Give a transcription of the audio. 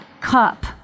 cup